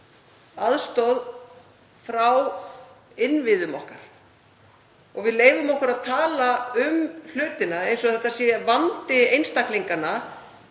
aðstoð frá innviðum okkar. Og við leyfum okkur að tala um hlutina eins og þetta sé vandi einstaklinganna